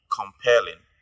compelling